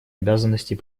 обязанностей